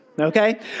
okay